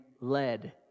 led